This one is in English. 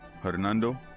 Hernando